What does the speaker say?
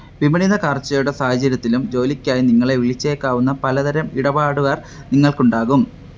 വിപണി തകർച്ചയുടെ സാഹചര്യത്തിലും ജോലിക്കായി നിങ്ങളെ വിളിച്ചേക്കാവുന്ന പല തരം ഇടപാടുകാര് നിങ്ങൾക്ക് ഉണ്ടാകും